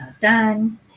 Done